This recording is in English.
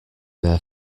their